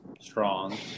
strong